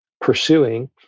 pursuing